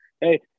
Hey